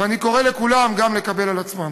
ואני קורא לכולם גם לקבל על עצמם.